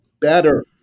better